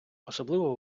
особливо